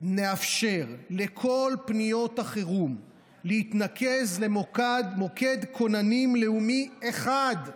נאפשר לכל פניות החירום להתנקז למוקד כוננים לאומי אחד.